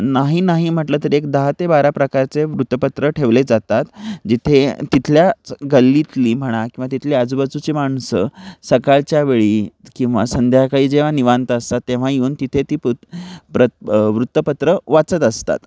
नाही नाही म्हटलं तरी एक दहा ते बारा प्रकारचे वृत्तपत्र ठेवले जातात जिथे तिथल्याच गल्लीतली म्हणा किंवा तिथली आजूबाजूची माणसं सकाळच्या वेळी किंवा संध्याकाळी जेव्हा निवांत असतात तेव्हा येऊन तिथे ती प्र प्र वृत्तपत्र वाचत असतात